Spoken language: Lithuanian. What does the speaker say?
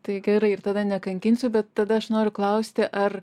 tai gerai tada nekankinsiu bet tada aš noriu klausti ar